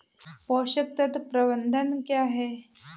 पोषक तत्व प्रबंधन क्या है?